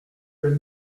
pêle